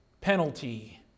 penalty